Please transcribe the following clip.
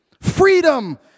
Freedom